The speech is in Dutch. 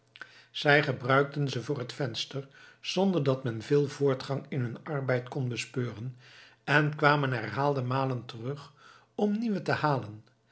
zij gebruikten ze voor het venster zonder dat men veel voortgang in hun arbeid kon bespeuren en kwamen herhaalde malen terug om nieuwe te halen